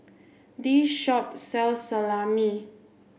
this shop sells Salami